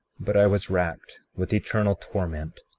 but i was racked with eternal torment,